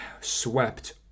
swept